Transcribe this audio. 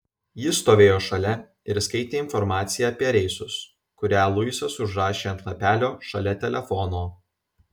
ji stovėjo šalia ir skaitė informaciją apie reisus kurią luisas užrašė ant lapelio šalia telefono